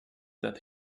that